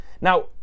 now